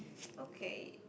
okay